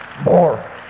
more